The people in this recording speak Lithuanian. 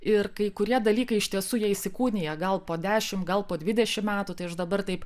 ir kai kurie dalykai iš tiesų jie įsikūnija gal po dešimt gal po dvidešimt metų tai aš dabar taip